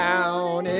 Down